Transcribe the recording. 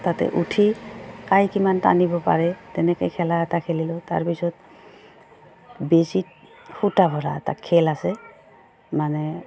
তাতে উঠি কাই কিমান টানিব পাৰে তেনেকৈ খেলা এটা খেলিলোঁ তাৰপিছত বেজীত সূতা ভৰা এটা খেল আছে মানে